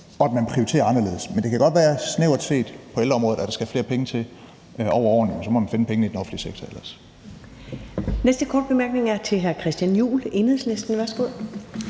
og at man prioriterer anderledes. Men det kan godt være, at der snævert set på ældreområdet skal flere penge til over årene, men så må vi finde pengene i den offentlige sektor. Kl.